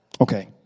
Okay